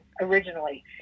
originally